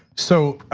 so,